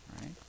Right